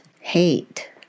hate